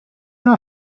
not